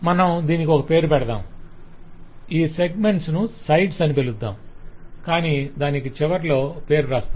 మనం దీనికి ఒక పేరు పెడతాం ఈ సెగ్మెంట్స్ ను సైడ్స్ అని పిలుస్తాం కాని దానికి చివర్లో పేరు రాస్తాం